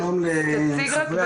שלום לחברי